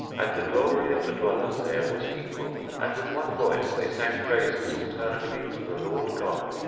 and the glory of the dwellers there was equal, and with one voice they sang praises alternately to the lord god,